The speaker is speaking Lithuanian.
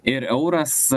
ir euras